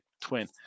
twin